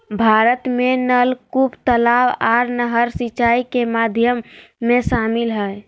भारत में नलकूप, तलाब आर नहर सिंचाई के माध्यम में शामिल हय